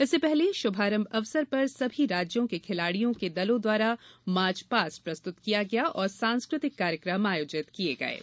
इससे पहले शुभारंभ अवसर पर सभी राज्यों के खिलाड़ियों के दलों द्वारा मार्चपास्ट प्रस्तुत किया गया और सांस्कृतिक कार्यकम आयोजित किये गये हैं